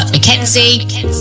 McKenzie